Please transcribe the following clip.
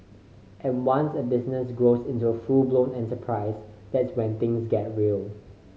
and once a business grows into a full blown enterprise that's when things get real